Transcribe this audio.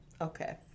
Okay